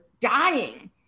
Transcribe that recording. dying